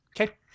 Okay